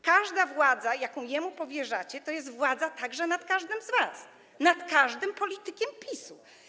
Każda władza, jaką jemu powierzacie, to jest władza także nad każdym z was, nad każdym politykiem PiS-u.